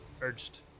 urged